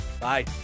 Bye